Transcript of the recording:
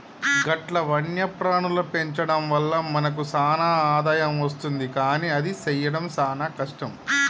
గట్ల వన్యప్రాణుల పెంచడం వల్ల మనకు సాన ఆదాయం అస్తుంది కానీ అది సెయ్యడం సాన కష్టం